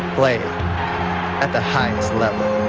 play it at the highest level.